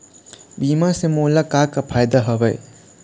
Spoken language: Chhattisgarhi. बीमा से मोला का का फायदा हवए?